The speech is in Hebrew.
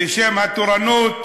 בשם התורנות,